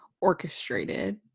orchestrated